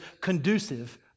conducive